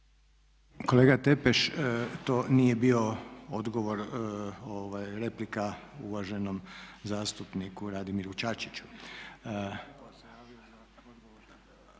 Kolega Tepeš to nije bio odgovor, replika uvaženom zastupniku Radimiru Čačiću.